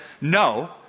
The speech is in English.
no